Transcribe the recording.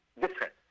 different